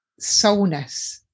soulness